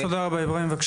תודה רבה לכם.